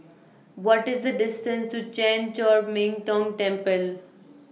What IS The distance to Chan Chor Min Tong Temple